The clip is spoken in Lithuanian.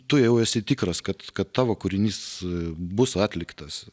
tu jau esi tikras kad kad tavo kūrinys bus atliktas